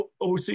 OC